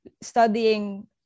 studying